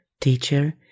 teacher